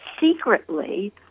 secretly